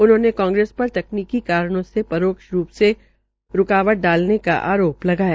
उन्होंने कांग्रेस र तकनीकी कारणों से रोक्ष रू से विधेकय र रूकावट डालने का आरो लगाया